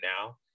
now